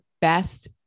best